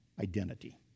identity